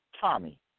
Tommy